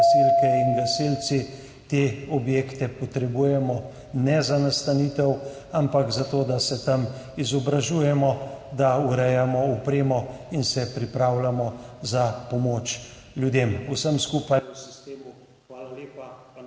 in gasilci te objekte potrebujemo, ne za nastanitev, ampak zato da se tam izobražujemo, da urejamo opremo in se pripravljamo za pomoč ljudem. Vsem skupaj v sistemu hvala lepa